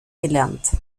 gelernt